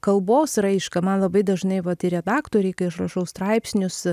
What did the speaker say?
kalbos raišką man labai dažnai vat ir redaktorei kai aš rašau straipsnius